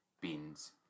beans